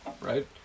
right